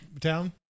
town